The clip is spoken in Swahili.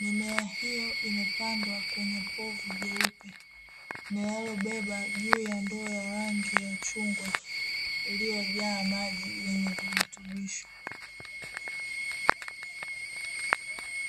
Mimea hiyo imepandwa kwenye povu jeupe linalobeba juu ya ndoo ya rangi ya chungwa iliyojaa maji yenye virutubisho.